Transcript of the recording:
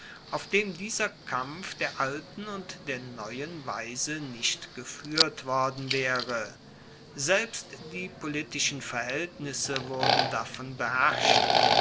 auf dem dieser kampf der alten und der neuen weise nicht gefuehrt worden waere selbst die politischen verhaeltnisse wurden davon